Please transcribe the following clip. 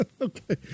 Okay